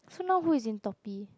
so now who is in